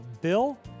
Bill